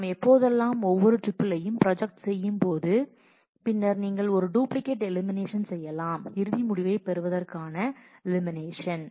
நாம் எப்போதெல்லாம் ஒவ்வொரு டூப்பிலையும் ப்ரொஜெக்ட் செய்யும் போது செய்யும்போது பின்னர் நீங்கள் ஒரு டூப்ளிகேட் எலிமினேஷன் செய்யலாம் இறுதி முடிவைப் பெறுவதற்காக எலிமினேஷன்